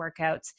workouts